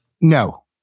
No